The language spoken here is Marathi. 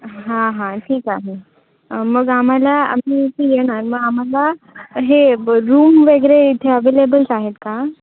हां हां ठीक आहे मग आम्हाला आम्ही इथे येणार मग आम्हाला हे रूम वगैरे इथे अव्हेलेबल आहेत का